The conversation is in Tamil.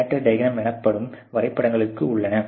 ஸ்கேட்டர் டியாக்ராம் எனப்படும் வரைபடங்களும் உள்ளன